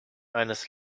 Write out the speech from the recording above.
eines